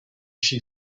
she